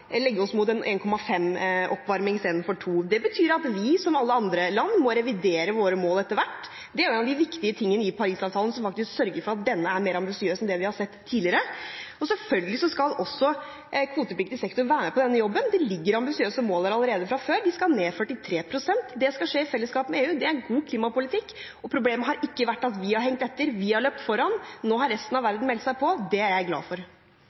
legge oss opp mot en oppvarming på 1,5 grader istedenfor 2. Det betyr at vi, som alle andre land, må revidere våre mål etter hvert. Det er en av de viktige tingene i Paris-avtalen som faktisk sørger for at denne er mer ambisiøs enn det vi har sett tidligere, og selvfølgelig skal også kvotepliktig sektor være med på denne jobben. Det ligger ambisiøse mål der allerede fra før, de skal ned 43 pst., og det skal skje i fellesskap med EU. Det er god klimapolitikk. Problemet har ikke vært at vi har hengt etter, vi har løpt foran. Nå har resten av verden meldt seg på. Det er jeg glad for.